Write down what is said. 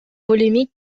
polémique